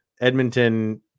Edmonton